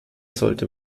sollte